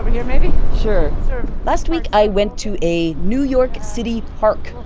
here maybe? sure last week, i went to a new york city park,